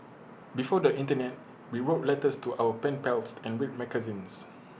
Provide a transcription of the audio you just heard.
before the Internet we wrote letters to our pen pals and read magazines